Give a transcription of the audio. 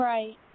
Right